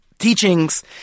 teachings